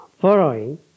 following